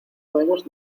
podemos